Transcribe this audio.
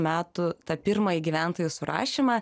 metų tą pirmąjį gyventojų surašymą